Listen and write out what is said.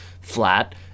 flat